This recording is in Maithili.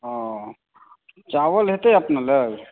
हॅं चावल हेतै अपने लग